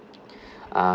um